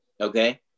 okay